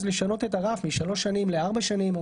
אז לשנות את הרף משלוש שנים לארבע שנים,